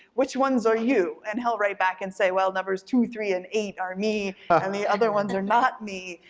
which one's are you? and he'll write back and say, well numbers two, three, and eight are me and the other ones are not me,